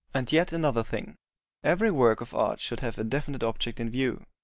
and yet another thing every work of art should have a definite object in view.